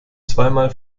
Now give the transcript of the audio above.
zweimal